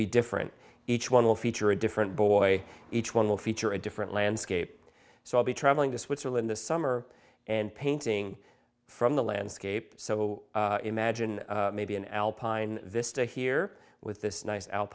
be different each one will feature a different boy each one will feature a different landscape so i'll be traveling to switzerland this summer and painting from the landscape so imagine maybe an alpine vista here with this nice al